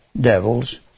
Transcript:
devils